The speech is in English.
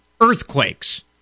earthquakes